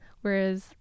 whereas